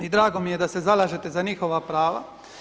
I drago mi je da se zalažete za njihova prava.